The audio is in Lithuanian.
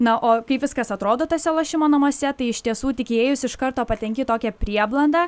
na o kaip viskas atrodo tuose lošimo namuose tai iš tiesų tik įėjausi iš karto patenki į tokią prieblandą